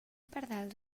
pardals